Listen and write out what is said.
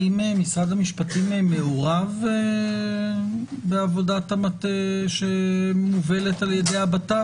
האם משרד המשפטים מעורב בעבודת המטה שמובלת על ידי המשרד לביטחון פנים?